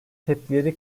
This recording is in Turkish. tepkileri